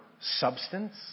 substance